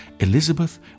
Elizabeth